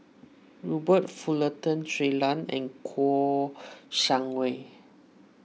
Robert Fullerton Shui Lan and Kouo Shang Wei